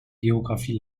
geografie